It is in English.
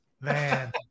Man